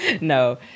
No